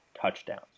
touchdowns